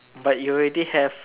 but you already have